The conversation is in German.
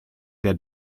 der